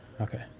Okay